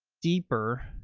deeper.